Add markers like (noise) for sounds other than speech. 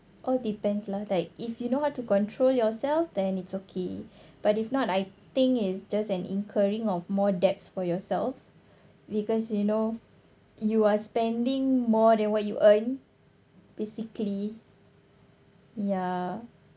all depends lah like if you know how to control yourself then it's okay (breath) but if not I think is just an incurring of more debts for yourself because you know you are spending more than what you earn basically ya